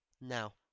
now